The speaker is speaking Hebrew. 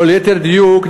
או ליתר דיוק,